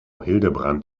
hildebrand